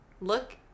Look